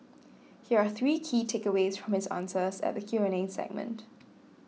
here are three key takeaways from his answers at the Q and A segment